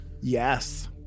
Yes